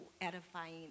edifying